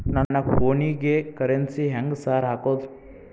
ನನ್ ಫೋನಿಗೆ ಕರೆನ್ಸಿ ಹೆಂಗ್ ಸಾರ್ ಹಾಕೋದ್?